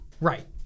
Right